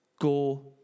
go